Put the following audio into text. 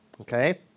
Okay